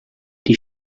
die